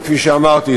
וכפי שאמרתי,